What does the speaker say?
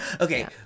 Okay